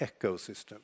ecosystem